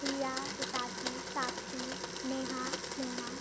Diya Hitashi Sakshi Neha Sneha